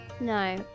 No